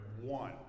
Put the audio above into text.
one